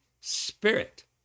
spirit